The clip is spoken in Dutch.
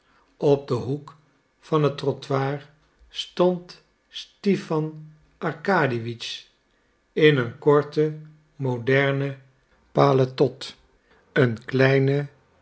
op den hoek van het trottoir stond stipan arkadiewitsch in een korten modernen paletot een kleinen